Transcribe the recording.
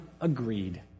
agreed